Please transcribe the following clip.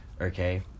okay